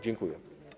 Dziękuję.